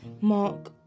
Mark